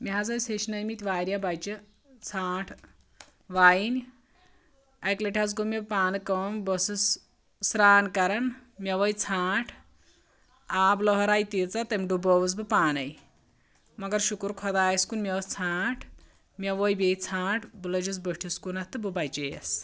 مےٚ حظ ٲسۍ ہیٚچھنٲے مٕتۍ واریاہ بَچہِ ژھانٛٹھ وایِن اَکہِ لَٹہِ حظ گوٚو مےٚ پانہٕ کٲم بہٕ ٲسٕس سرٛان کَران مےٚ وٲے ژھانٛٹھ آبہٕ لٔہَر آیہِ تیٖژاہ تٔمۍ ڈُبٲوٕس بہٕ پانَے مگر شُکر خۄدایَس کُن مےٚ ٲسۍ ژھانٹھ مےٚ وٲے بیٚیہِ ژھانٛٹھ بہٕ لٔجِس بٔٹھِس کُنَتھ تہٕ بہٕ بَچیٚیَس